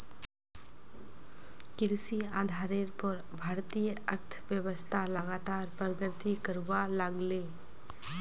कृषि आधारेर पोर भारतीय अर्थ्वैव्स्था लगातार प्रगति करवा लागले